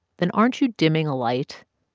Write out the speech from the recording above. then aren't you dimming a light,